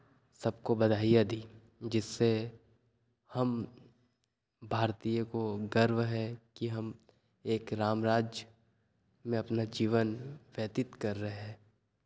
सबको बधाईयाँ दी जिससे हम भारतीय को गर्व है कि हम एक रामराज्य में अपना जीवन व्यतीत कर रहे हैं